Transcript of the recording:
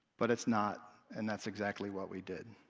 but it's not. and that's exactly what we did.